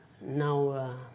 now